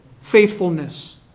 faithfulness